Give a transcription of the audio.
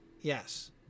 Yes